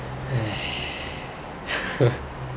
!hais!